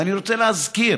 אני רוצה להזכיר